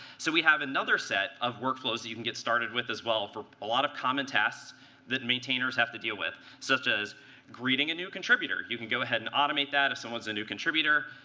so we have another set of workflows you you can get started with, as well, for a lot of common tasks that maintainers have to deal with, such as greeting a new contributor. you can go ahead and automate that, if someone's a new contributor.